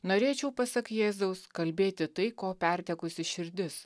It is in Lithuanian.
norėčiau pasak jėzaus kalbėti tai ko pertekusi širdis